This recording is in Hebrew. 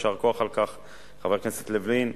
חבר הכנסת לוין,